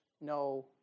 no